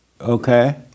Okay